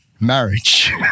Marriage